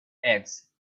eggs